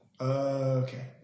okay